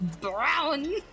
brown